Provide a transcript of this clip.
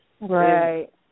Right